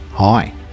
Hi